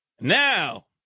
Now